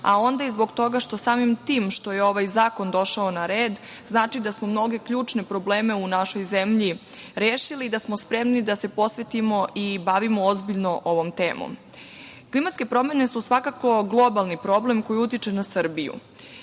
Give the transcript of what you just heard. a onda i zbog toga što samim tim što je ovaj zakon došao na red, znači da smo mnoge ključne probleme u našoj zemlji rešili i da smo spremni da se posvetimo i bavimo ozbiljno ovom temom. Klimatske promene su svakako globalni problem koji utiče na Srbiju.